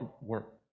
work